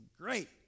great